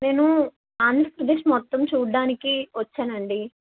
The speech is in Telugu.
నేను ఆంధ్రప్రదేశ్ మొత్తం చూడడానికి వచ్చానండి